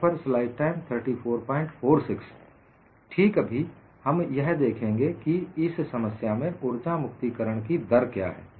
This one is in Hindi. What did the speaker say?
Refer Slide Time 3446 ठीक अभी हम यह देखेंगे कि इस समस्या में उर्जा मुक्तिकरण की दर क्या है